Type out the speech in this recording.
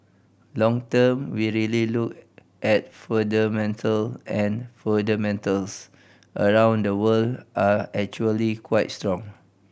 long term we really look at fundamental and fundamentals across the world are actually quite strong